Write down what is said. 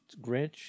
Grinch